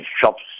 shops